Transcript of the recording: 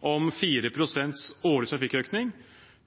om 4 pst. årlig trafikkøkning